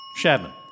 Shadman